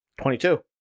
22